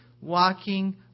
walking